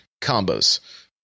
combos